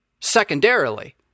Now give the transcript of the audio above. secondarily